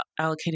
allocating